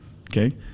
okay